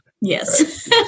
Yes